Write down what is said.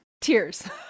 Tears